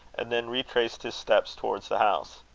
and then retraced his steps towards the house.